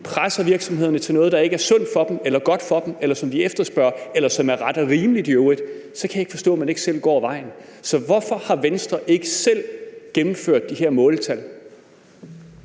presser virksomhederne til noget, der ikke er sundt for dem eller godt for dem, eller som de efterspørger, eller som i øvrigt er ret og rimeligt. Jeg kan ikke forstå, at man ikke selv går vejen. Hvorfor har Venstre ikke selv gennemført de her måltal?